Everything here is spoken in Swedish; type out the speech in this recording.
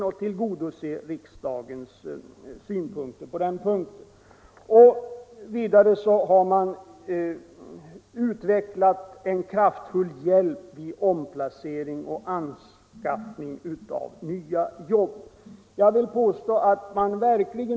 Om omplaceringen Vidare har kraftfulla åtgärder vidtagits när det gäller omplaceringen = av statsanställd som och anskaffningen av nya jobb.